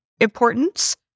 importance